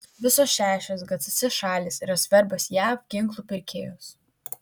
visos šešios gcc šalys yra svarbios jav ginklų pirkėjos